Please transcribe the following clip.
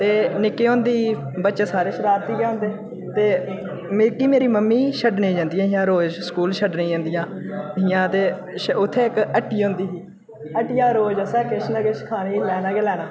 ते निक्के होंदे ई बच्चे सारे शरारती गै होंदे ते मिगी मेरी मम्मी छड्डने ई जन्दियां हियां रोज़ स्कूल छड्डने ई जन्दियां हियां ते उ'त्थें इक हट्टी होंदी ही हट्टिया रोज़ असें किश ना किश खाने ई लैना गै लैना